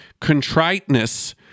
Contriteness